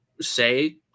say